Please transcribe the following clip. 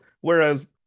whereas